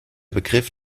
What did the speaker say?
begriff